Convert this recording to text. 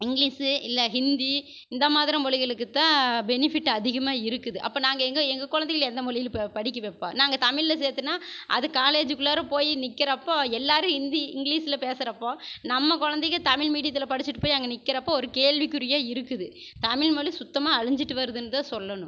English இல்லை ஹிந்தி இந்த மாதரி மொழிகளுக்கு தான் பெனிஃபிட் அதிகமாக இருக்குது அப்போ நாங்கள் எங்கள் எங்கள் குழந்தைகள எந்த மொழியில் படிக்க வைப்போம் நாங்கள் தமிழில் சேத்தோனா அது காலேஜுக்குள்ளாற போய் நிற்கிறப்போ எல்லோரும் இந்தி இங்கிலீஸில் பேசுகிறப்போ நம்ம குழந்தைங்க தமிழ் மீடியத்தில் படிச்சுட்டு போய் அங்கே நிற்கிறப்போ ஒரு கேள்விக்குறியாக இருக்குது தமிழ் மொழி சுத்தமாக அழிஞ்சுட்டு வருதுன்னு தான் சொல்லணும்